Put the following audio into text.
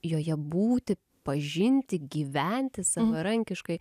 joje būti pažinti gyventi savarankiškai